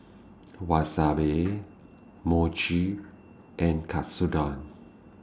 Wasabi Mochi and Katsudon